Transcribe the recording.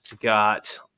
got